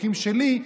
חוקים שלי,